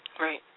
Right